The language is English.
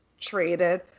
traded